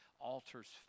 altars